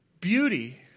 Beauty